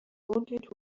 wanted